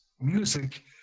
music